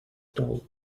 doll